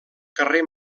carrer